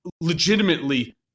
legitimately